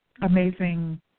amazing